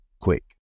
quick